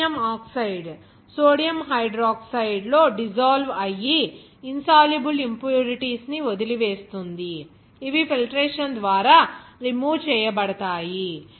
aluminium oxide sodium hydroxide లో dissolve అయ్యి insoluble impurities ని వదిలివేస్తుంది ఇవి ఫిల్టరేషన్ ద్వారా రిమూవ్ చేయబడతాయి